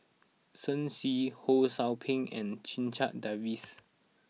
Shen Xi Ho Sou Ping and Checha Davies